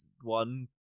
one